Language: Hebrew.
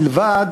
מלבד